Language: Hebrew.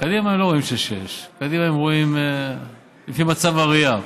קדימה הם לא רואים 6:6. קדימה הם רואים לפי מצב הראייה.